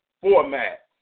format